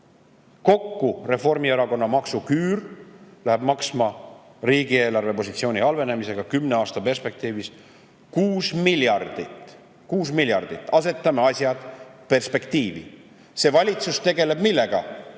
läheb Reformierakonna maksuküür riigieelarve positsiooni halvenemisega kümne aasta perspektiivis maksma 6 miljardit. 6 miljardit! Asetame asjad perspektiivi. See valitsus tegeleb millega?